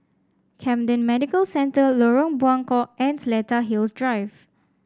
Camden Medical Center Lorong Buangkok and Seletar Hills Drive